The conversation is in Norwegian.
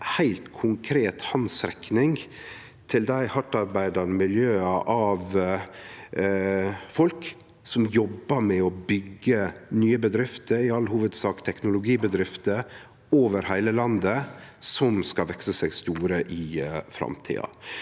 heilt konkret handsrekning til dei hardt arbeidande miljøa av folk som jobbar med å byggje nye bedrifter – i all hovudsak teknologibedrifter over heile landet, som skal vekse seg store i framtida.